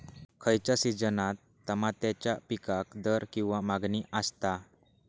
खयच्या सिजनात तमात्याच्या पीकाक दर किंवा मागणी आसता?